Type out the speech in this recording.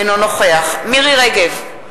אינו נוכח מירי רגב,